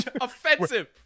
offensive